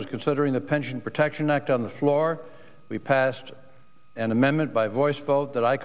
was considering the pension protection act on the floor we passed an amendment by voice vote that i